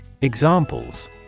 Examples